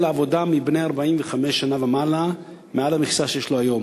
לעבודה בני 45 שנה ומעלה מעל המכסה שיש לו היום.